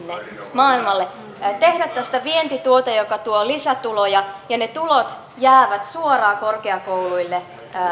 tekemään tästä vientituote joka tuo lisätuloja ja ne tulot jäävät suoraan korkeakouluille